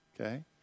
Okay